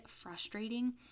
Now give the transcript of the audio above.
frustrating